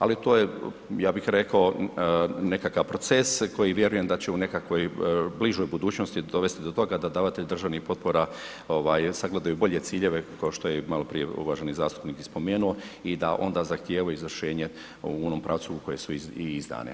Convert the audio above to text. Ali to je ja bih rekao nekakav proces koji vjerujem da će u nekakvoj bližoj budućnosti dovesti do toga da davatelj državnih potpora sagledaju bolje ciljeve, kao što je maloprije uvaženi zastupnik i spomenuo i da onda zahtijevaju izvršenje u onom pravcu u kojem su i izdane.